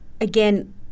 again